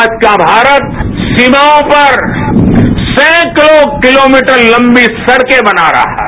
आज का भारत सीमाओं पर सैंकड़ों किलोमीटर लंबी सड़के बना रहा है